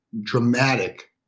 dramatic